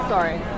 Sorry